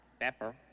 Pepper